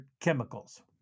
chemicals